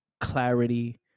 clarity